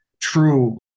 True